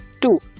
Two